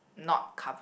not covered